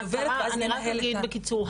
אני רק אגיד בקיצור,